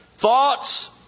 Thoughts